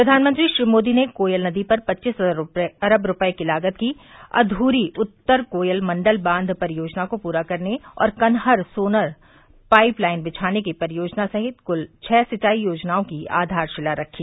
प्रधानमंत्री श्री मोदी ने कोयल नदी पर पच्चीस अरब रूपये की लागत की अध्री उत्तर कोयल मंडल बांघ परियोजना को पूरा करने और कनहर सोन पाइपलाइन बिछाने की परियोजना सहित कुल छह सिंचाई योजनाओं की आधारशिला रखी